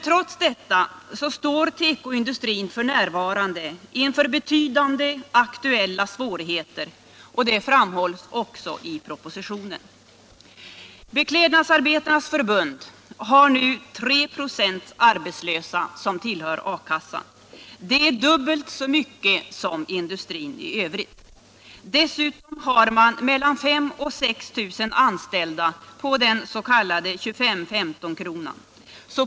Trots detta står tekoindustrin f. n. inför betydande aktuella svårigheter, vilket också framhålls i propositionen. Beklädnadsarbetarnas förbund har nu 3 26 arbetslösa som tillhör A kassan. Det är dubbelt så många som i industrin i övrigt. Dessutom har man 5 000-6 000 anställda på den s.k. 25-15-kronan.